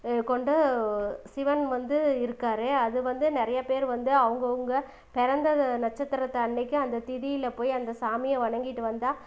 கொண்ட சிவன் வந்து இருக்கார் அது வந்து நிறையா பேர் வந்து அவங்கவுங்க பிறந்தத நட்சத்திரத்தன்னைக்கு அந்த திதியில் போய் அந்த சாமியை வணங்கிவிட்டு வந்தா